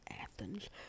Athens